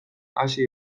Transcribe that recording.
hasi